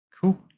Cool